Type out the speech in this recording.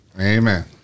Amen